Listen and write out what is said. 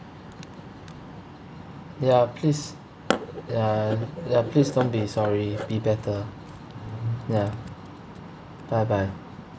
ya please ya ya please don't be sorry be better ya bye bye